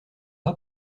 pas